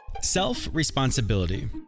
Self-responsibility